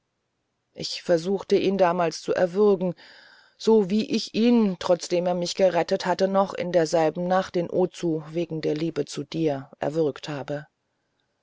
ich versuchte ihn damals zu erwürgen so wie ich ihn trotzdem er mich gerettet hatte noch in derselben nacht in ozu wegen der liebe zu dir erwürgt habe